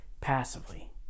passively